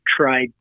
tried